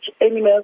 animals